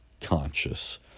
conscious